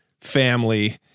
family